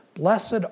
Blessed